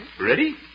Ready